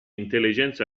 intelligenza